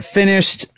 finished